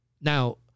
Now